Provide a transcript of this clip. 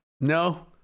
No